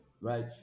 Right